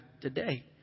today